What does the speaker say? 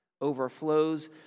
overflows